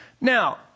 Now